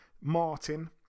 Martin